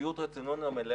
לשביעות רצוננו המלאה.